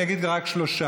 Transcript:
אני אגיד רק שלושה,